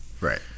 Right